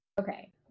okay